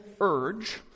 urge